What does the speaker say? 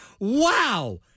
wow